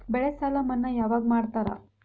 ಬೆಳೆ ಸಾಲ ಮನ್ನಾ ಯಾವಾಗ್ ಮಾಡ್ತಾರಾ?